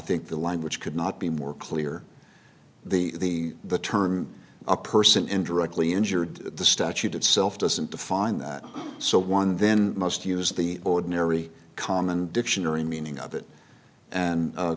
think the language could not be more clear the the term a person indirectly injured the statute itself doesn't define that so one then must use the ordinary common dictionary meaning of it and